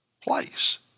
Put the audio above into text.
place